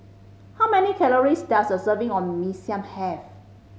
how many calories does a serving of Mee Siam have